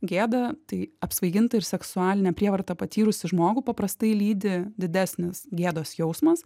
gėda tai apsvaigintą ir seksualinę prievartą patyrusį žmogų paprastai lydi didesnis gėdos jausmas